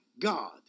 God